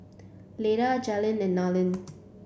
Leda Jalen and Narlen